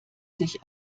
sich